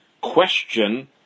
question